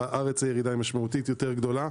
בארץ הירידה היא משמעותית יותר גדולה.